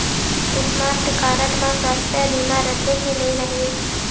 Smart card म सुवास्थ बीमा रथे की नई रहे?